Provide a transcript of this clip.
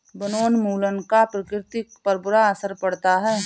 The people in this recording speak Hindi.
वनोन्मूलन का प्रकृति पर बुरा असर पड़ता है